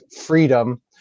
freedom